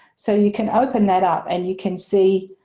so you can open that up and you can see,